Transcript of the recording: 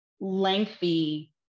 lengthy